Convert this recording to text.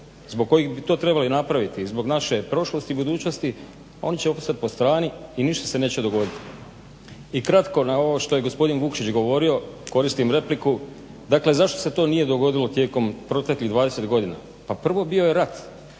zbog kojih bi to trebali napraviti, zbog naše prošlosti i budućnosti oni će ostat po strani i ništa se neće dogodit. I kratko na ovo što je gospodin Vukšić govorio, koristim repliku. Dakle, zašto se to nije dogodilo tijekom proteklih 20 godina? Pa prvo bio je rat.